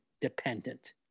dependent